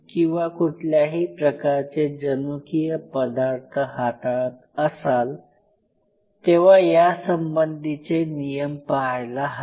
किंवा कुठल्याही प्रकारचे जनुकीय पदार्थ हाताळत असाल तेव्हा या संबंधीचे नियम पाहायला हवे